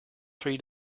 three